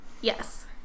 Yes